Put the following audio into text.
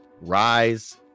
rise